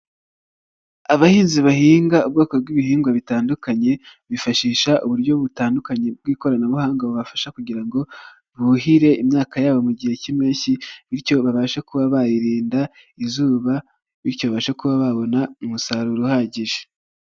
Abahinzi bahinga ubwoko bw'ibihingwa bitandukanye, bifashisha uburyo butandukanye bw'ikoranabuhanga bubafasha kugira ngo buhire imyaka yabo mu gihe cy'impeshyi, bityo babashe kuba barinda izuba, bityo babashe kuba babona umusaruro uhagije.